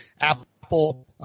Apple